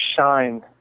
shine